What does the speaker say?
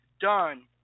done